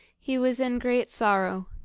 he was in great sorrow,